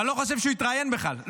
ואני לא חושב שהוא התראיין בכלל.